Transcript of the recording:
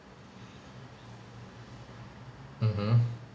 mmhmm